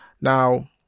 Now